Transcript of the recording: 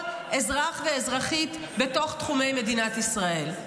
אזרח ואזרחית בתוך תחומי מדינת ישראל.